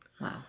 wow